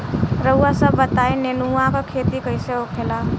रउआ सभ बताई नेनुआ क खेती कईसे होखेला?